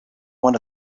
one